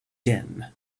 din